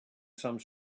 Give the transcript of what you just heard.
some